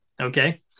Okay